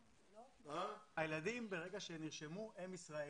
ברגע שהילדים נרשמו הם ישראלים,